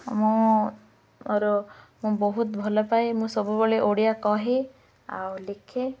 ମୁଁ ମୋର ମୁଁ ବହୁତ ଭଲ ପାଏ ମୁଁ ସବୁବେଳେ ଓଡ଼ିଆ କହେ ଆଉ ଲେଖେ